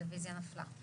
הצבעה